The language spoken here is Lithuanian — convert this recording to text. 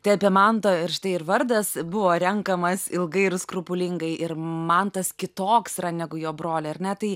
tai apie mantą ir štai ir vardas buvo renkamas ilgai ir skrupulingai ir man tas kitoks negu jo broliai ar ne tai